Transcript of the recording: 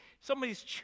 somebody's